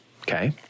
okay